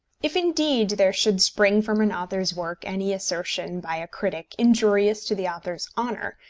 if, indeed, there should spring from an author's work any assertion by a critic injurious to the author's honour,